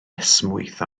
esmwyth